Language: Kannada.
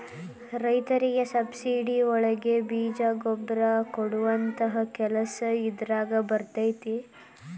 ರೈತರಿಗೆ ಸಬ್ಸಿಡಿ ಒಳಗೆ ಬೇಜ ಗೊಬ್ಬರ ಕೊಡುವಂತಹ ಕೆಲಸ ಇದಾರಗ ಬರತೈತಿ